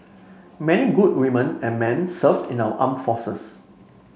many good women and men serve in our armed forces